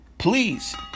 Please